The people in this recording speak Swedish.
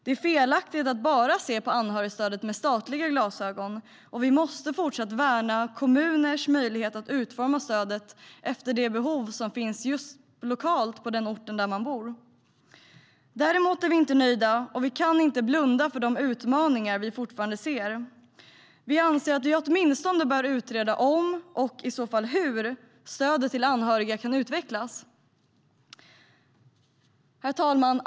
Det är felaktigt att bara se på anhörigstödet med statliga glasögon, och vi måste även fortsättningsvis värna kommuners möjlighet att utforma stödet efter det lokala behovet. Men vi är inte nöjda och kan inte blunda för de utmaningar som vi fortfarande ser. Vi anser att vi åtminstone bör utreda om och i så fall hur stödet till anhöriga kan utvecklas. Herr talman!